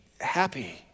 happy